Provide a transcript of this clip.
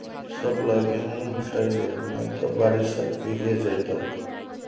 सबला गेहूं हटई ले नइ त बारिशत भीगे जई तोक